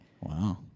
Wow